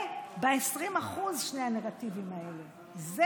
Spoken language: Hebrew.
שני הנרטיבים האלה ב-20%.